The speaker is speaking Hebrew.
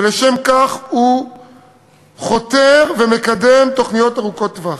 ולשם כך הוא חותר ומקדם תוכניות ארוכות-טווח.